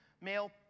male